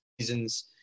seasons